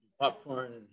popcorn